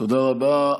תודה רבה.